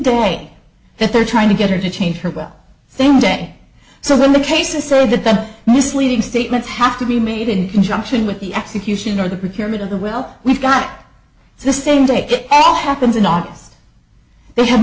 day that they're trying to get her to change her well same day so when the case is so that the misleading statements have to be made in conjunction with the execution or the procurement of the well we've got the same day it happens in august they have